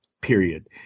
period